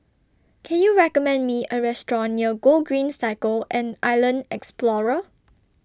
Can YOU recommend Me A Restaurant near Gogreen Cycle and Island Explorer